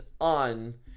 on